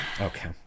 okay